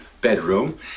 bedroom